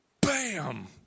bam